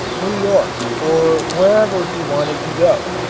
new york or wherever he wanted to go,